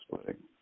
splitting